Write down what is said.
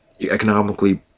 economically